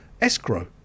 escrow